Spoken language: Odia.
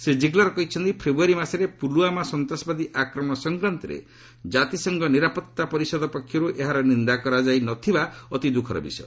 ଶ୍ରୀ ଜିଗ୍ଲର୍ କହିଛନ୍ତି ଫେବୃୟାରୀ ମାସରେ ପୁଲ୍ୱାମା ସନ୍ତାସବାଦୀ ଆକ୍ରମଣ ସଂକ୍ରାନ୍ତରେ ଜାତିସଂଘ ନିରାପତ୍ତା ପରିଷଦ ପକ୍ଷରୁ ଏହାର ନିନ୍ଦା କରାଯାଇ ନ ଥିବା ଅତି ଦୁଃଖର ବିଷୟ